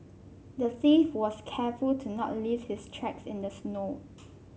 the thief was careful to not leave his tracks in the snow